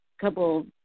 couple